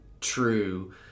true